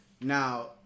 Now